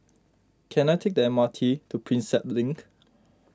can I take the M R T to Prinsep Link